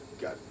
Got